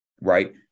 right